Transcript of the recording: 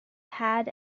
had